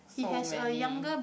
so many